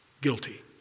guilty